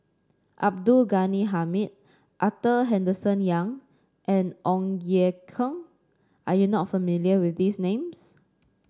Abdul Ghani Hamid Arthur Henderson Young and Ong Ye Kung are you not familiar with these names